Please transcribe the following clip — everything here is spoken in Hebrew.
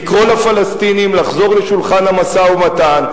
לקרוא לפלסטינים לחזור לשולחן המשא-ומתן,